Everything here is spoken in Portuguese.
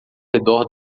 redor